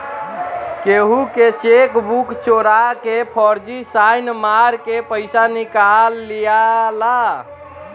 केहू के चेकबुक चोरा के फर्जी साइन मार के पईसा निकाल लियाला